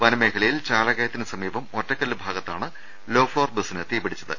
വനമേ ഖലയിൽ ചാലക്കയത്തിന് സമീപം ഒറ്റക്കല്ല് ഭാഗത്താണ് ലോ ഫ്ളോർ ബസിന് തീപിടിച്ചത്